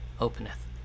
openeth